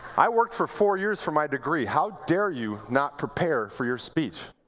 i worked for four years for my degree. how dare you not prepare for your speech?